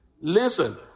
Listen